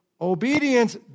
Obedience